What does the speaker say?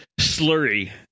slurry